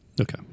Okay